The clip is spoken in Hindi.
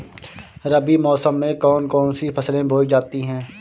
रबी मौसम में कौन कौन सी फसलें बोई जाती हैं?